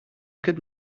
could